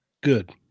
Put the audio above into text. Good